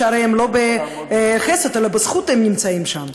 שהרי לא בחסד אלא בזכות הם נמצאים שם.